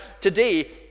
today